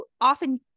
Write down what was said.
often